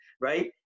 right